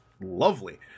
lovely